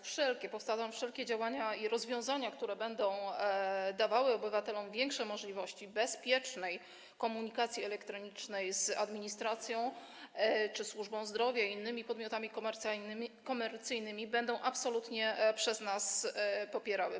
Wszelkie - powtarzam - wszelkie działania i rozwiązania, które będą dawały obywatelom większe możliwości bezpiecznej komunikacji elektronicznej z administracją czy służbą zdrowia i innymi podmiotami komercyjnymi, absolutnie będą przez nas popierane.